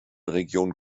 region